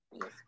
Yes